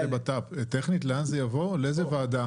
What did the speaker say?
לאיזה ועדה